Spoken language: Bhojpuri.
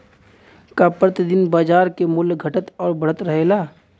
का प्रति दिन बाजार क मूल्य घटत और बढ़त रहेला?